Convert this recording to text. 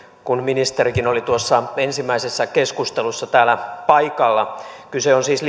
kun ministerikin oli tuossa ensimmäisessä keskustelussa täällä paikalla kyse on siis